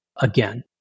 again